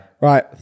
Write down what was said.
Right